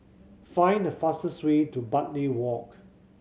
find the fastest way to Bartley Walk